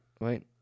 right